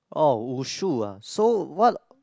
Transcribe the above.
oh Wushu ah so what